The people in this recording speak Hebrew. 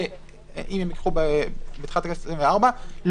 ואם הם ייקחו בתחילת הכנסת העשרים-וארבע,